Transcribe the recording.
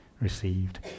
received